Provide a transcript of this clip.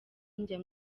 njya